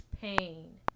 pain